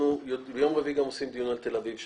אנחנו ביום רביעי גם עושים דיון על תל אביב.